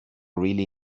really